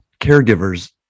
caregivers